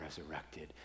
resurrected